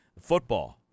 football